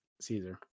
Caesar